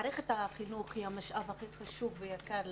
מערכת החינוך היא המשאב הכי חשוב ויקר לנו.